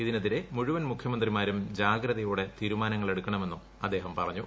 ഇതിനെതിരെ മുഴുവൻ മുഖ്യമൃത്തിമാരും ജാഗ്രതയോടെ തീരുമാനങ്ങളെടുക്കണമെന്നും അദ്ദേഹം പറഞ്ഞു